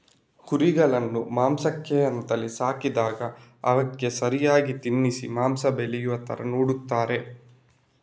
ಕುರಿಗಳನ್ನ ಮಾಂಸಕ್ಕೆ ಅಂತಲೇ ಸಾಕಿದಾಗ ಅವಕ್ಕೆ ಸರಿಯಾಗಿ ತಿನ್ನಿಸಿ ಮಾಂಸ ಬೆಳೆಯುವ ತರ ನೋಡ್ತಾರೆ